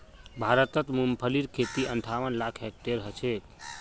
भारतत मूंगफलीर खेती अंठावन लाख हेक्टेयरत ह छेक